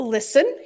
Listen